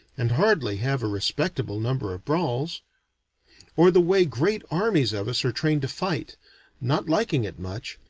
and hardly have a respectable number of brawls or the way great armies of us are trained to fight not liking it much,